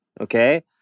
Okay